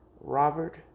Robert